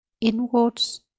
inwards